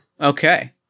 Okay